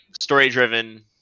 story-driven